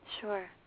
Sure